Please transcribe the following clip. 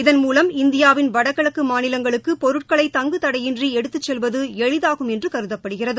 இதன்மூலம் இந்தியாவின் வடகிழக்கு மாநிலங்களுக்கு பொருட்களை தங்கு தடையின்றி எடுத்துச் செல்வது எளிதாகும் என்று கருதப்படுகிறது